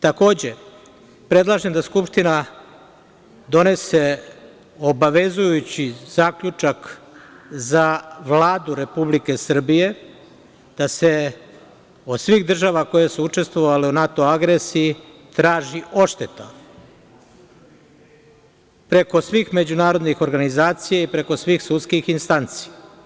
Takođe, predlažem da Skupština donese obavezujući zaključak za Vladu Republike Srbije da se od svih država koje su učestvovale u NATO agresiji traži odšteta, preko svih međunarodnih organizacija i preko svih sudskih instanci.